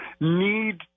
need